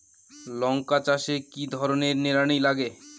লঙ্কা চাষে কি ধরনের নিড়ানি লাগে?